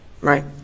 Right